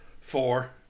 four